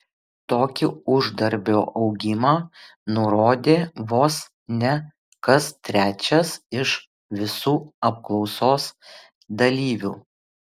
tokį uždarbio augimą nurodė vos ne kas trečias iš visų apklausos dalyvių